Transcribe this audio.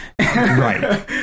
Right